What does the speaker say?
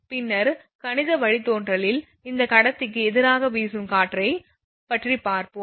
பின்னர் கணித வழித்தோன்றலில் இந்த கடத்திக்கு எதிராக வீசும் காற்றை பற்றி பார்ப்போம்